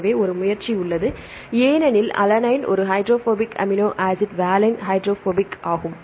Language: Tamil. எனவே ஒரு முயற்சி உள்ளது ஏனெனில் அலனைன் ஒரு hydrophobic amino acid valine hydrophobic ஆகும்